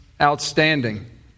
outstanding